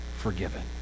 forgiven